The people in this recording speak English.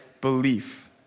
belief